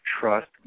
trust